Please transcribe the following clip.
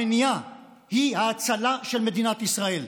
המניעה היא ההצלה של מדינת ישראל.